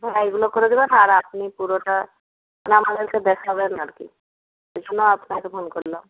হ্যাঁ এইগুলো করে দেবেন আর আপনি পুরোটা আমাদেরকে দেখাবেন আর কি এই জন্য আপনাকে ফোন করলাম